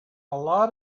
lot